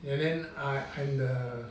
and then I I'm the